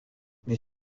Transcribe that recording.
mais